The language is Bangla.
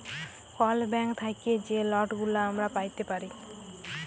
কল ব্যাংক থ্যাইকে যে লটগুলা আমরা প্যাইতে পারি